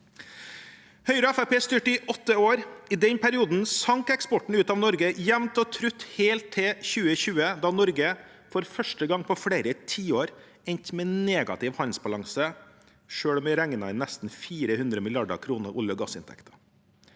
styrte i åtte år. I den perioden sank eksporten ut av Norge jevnt og trutt helt til 2020, da Norge, for første gang på flere tiår, endte med en negativ handelsbalanse, selv om vi regner inn nesten 400 mrd. kr i olje- og gassinntekter.